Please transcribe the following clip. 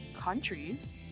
countries